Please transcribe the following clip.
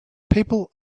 people